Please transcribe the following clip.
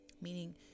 meaning